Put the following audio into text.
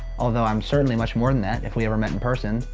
although i'm certainly much more than that if we ever met in person.